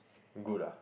good ah